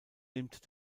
nimmt